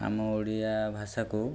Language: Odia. ଆମ ଓଡ଼ିଆ ଭାଷାକୁ